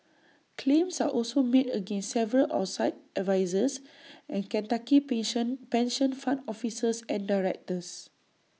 claims are also made against several outside advisers and Kentucky patient pension fund officers and directors